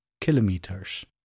kilometers